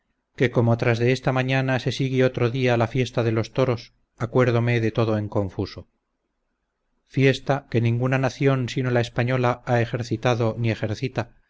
que como tras de esta mañana se sigue otro día la fiesta de los toros acuerdome de todo en confuso fiesta que ninguna nación sino la española ha ejercitado ni ejercita